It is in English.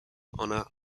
honor